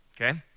okay